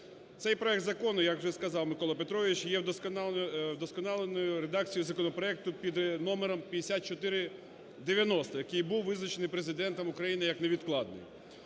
Цей проект закону, як вже сказав Микола Петрович, є вдосконаленою редакцією законопроекту під номером 5490, який був визначений Президентом України як невідкладний.